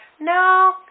no